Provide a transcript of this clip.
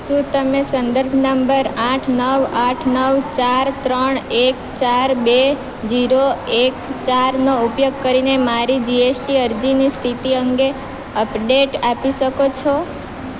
શું તમે સંદર્ભ નંબર આઠ નવ આઠ નવ ચાર ત્રણ એક ચાર બે જીરો એક ચારનો ઉપયોગ કરીને મારી જીએસટી અરજીની સ્થિતિ અંગે અપડેટ આપી શકો છો